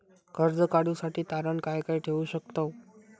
कर्ज काढूसाठी तारण काय काय ठेवू शकतव?